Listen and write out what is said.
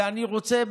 ואני רוצה,